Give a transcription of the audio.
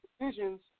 decisions